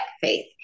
faith